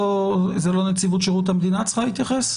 לא נציבות שירות המדינה צריכה להתייחס?